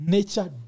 Nature